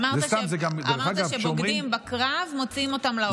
אמרת שבוגדים בקרב, מוציאים אותם להורג.